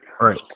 right